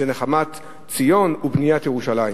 זה נחמת ציון ובניית ירושלים.